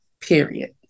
Period